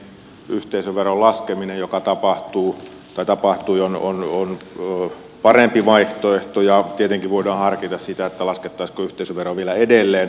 minun mielestäni yhteisöveron laskeminen joka tapahtui on parempi vaihtoehto ja tietenkin voidaan harkita sitä laskettaisiinko yhteisöveroa vielä edelleen